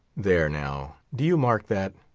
there now, do you mark that?